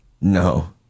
No